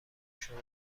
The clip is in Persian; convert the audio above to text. شما